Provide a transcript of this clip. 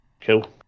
Cool